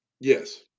Yes